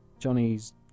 Johnny's